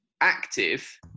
active